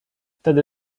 wtedy